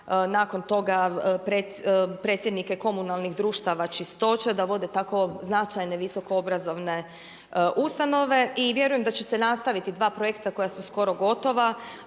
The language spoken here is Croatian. nakon toga predsjednike komunalnih društava čistoće da vode tako značajne visokoobrazovne ustanove. I vjerujem da ćete nastaviti dva projekta koja su skoro gotova